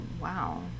wow